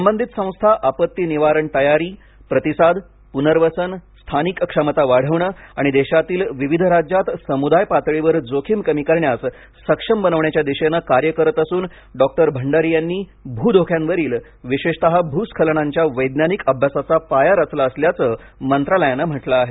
संबधित संस्था आपत्ती निवारण तयारी प्रतिसाद पुनर्वसन स्थानिक क्षमता वाढविणे आणि देशातील विविध राज्यांत सम्दाय पातळीवर जोखीम कमी करण्यास सक्षम बनवण्याच्या दिशेने कार्य करीत असून डॉ भंडारी यांनी भू धोक्यांवरील विशेषतः भूस्खलनांच्या वैज्ञानिक अभ्यासाचा पाया रचला असल्याचं मंत्रालयानं म्हटलं आहे